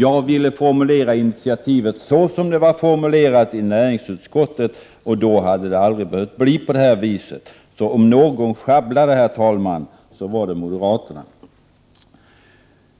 Jag ville formulera initiativet såsom det var formulerat i näringsutskottet, och då hade det aldrig behövt bli så som det blev. Om det var några som sjabblade, herr talman, var det alltså moderaterna.